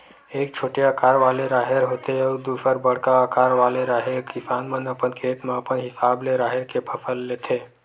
एक छोटे अकार वाले राहेर होथे अउ दूसर बड़का अकार वाले राहेर, किसान मन अपन खेत म अपन हिसाब ले राहेर के फसल लेथे